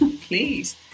please